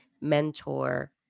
mentor